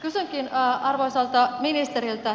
kysynkin arvoisalta ministeriltä